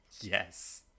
Yes